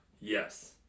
Yes